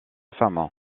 femme